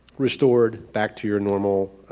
restored back to your normal